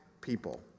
people